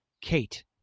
Kate